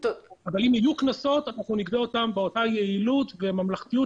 אבל אם יהיו קנסות אנחנו נגבה אותם באותה יעילות וממלכתיות